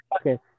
Okay